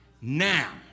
now